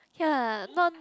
ya not